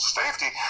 safety